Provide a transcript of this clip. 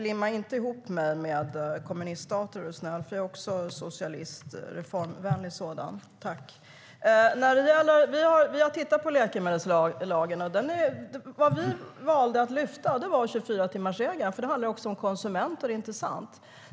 Limma inte ihop mig med kommuniststater, är du snäll, Finn Bengtsson. Jag är reformvänlig socialist. Vi har tittat på läkemedelslagen. Vi valde att lyfta fram 24-timmarsregeln, för det handlar om konsumenterna.